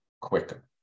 quicker